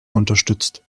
unterstützt